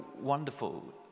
wonderful